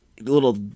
little